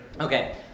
Okay